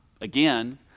again